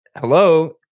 hello